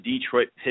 Detroit